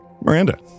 Miranda